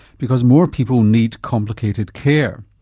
because more people need complicated care.